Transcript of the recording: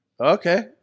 okay